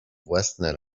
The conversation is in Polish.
własne